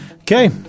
Okay